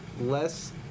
less